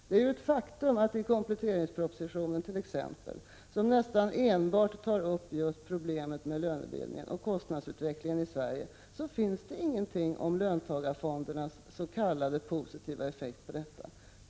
Det är t.ex. ett faktum att det i kompletteringspropositionen, som nästan enbart tar upp frågan om lönebildningen och kostnadsutvecklingen i Sverige, inte finns någonting om löntagarfondernas s.k. positiva effekt på detta.